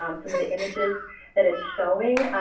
um some of the images that it's showing,